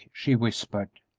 she whispered.